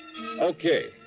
okay